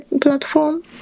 platform